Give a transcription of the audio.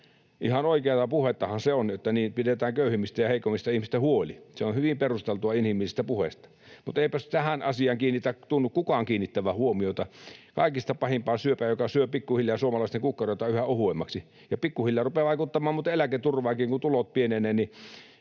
Ihan oikeata puhettahan se on, että pidetään köyhimmistä ja heikommista ihmisistä huoli. Se on hyvin perusteltua, inhimillistä puhetta. Mutta eipäs tunnu kukaan kiinnittävän huomiota tähän asiaan — kaikista pahimpaan syöpään, joka syö pikkuhiljaa suomalaisten kukkaroita yhä ohuemmiksi ja pikkuhiljaa rupeaa vaikuttamaan muuten eläketurvaankin, kun tulot pienenevät.